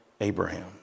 Abraham